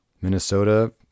Minnesota